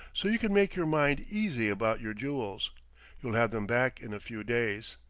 so you can make your mind easy about your jewels you'll have them back in a few days.